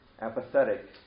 apathetic